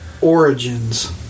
origins